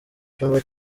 cyumba